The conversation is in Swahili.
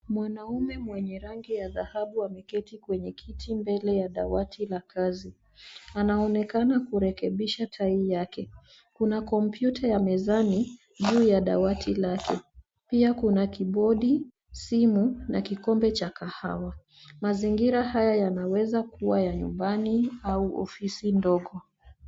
Mwanaume mwenye rangi yadhahabu ameketi kwenye kiti mbele ya dawati la kazi. Anaonekana kurekebisha tai yake. Kuna compyuta mezani ju la dawati lake, pia kuna kibodi, simu na kikombe cha kahawa. Mazingira haya yanaweza kua ya nyumbani au ofisi ndogo.